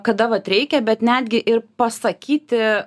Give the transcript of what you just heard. kada vat reikia bet netgi ir pasakyti